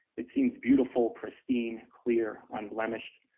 it seems beautiful, pristine, clear, unblemished.